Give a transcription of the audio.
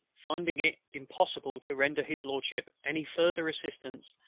finding it impossible to render his lordship any further assistance,